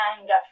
anger